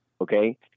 Okay